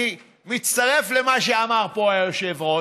אני מצטרף למה שאמר פה היושב-ראש,